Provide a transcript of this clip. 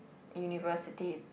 University